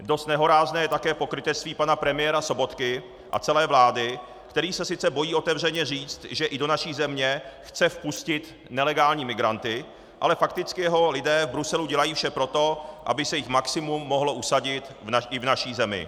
Dost nehorázné je také pokrytectví pana premiéra Sobotky a celé vlády, který se sice bojí otevřeně říct, že i do naší země chce vpustit nelegální migranty, ale fakticky jeho lidé v Bruselu dělají vše pro to, aby se jich maximum mohlo usadit i v naší zemi.